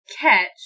catch